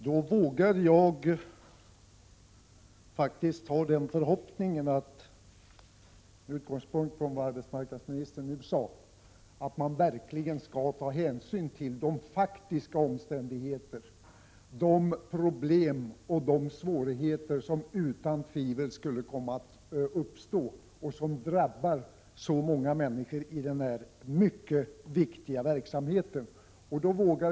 Herr talman! Med utgångspunkt i vad arbetsmarknadsministern nu sade vågar jag ha förhoppningen att man skall ta hänsyn till de faktiska omständigheter, problem och svårigheter som utan tvivel skulle komma att uppstå och som drabbar så många människor inom denna mycket viktiga verksamhet.